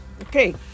Okay